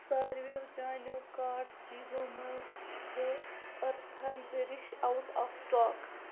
ساروِیو چانیو کارٹ چیزو مَنٛز چھُ أرتھَن زِرِش آوُٹ آف سِٹاک